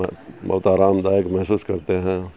بہت آرام دایک محسوس کرتے ہیں